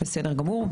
בסדר גמור.